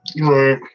Right